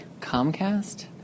Comcast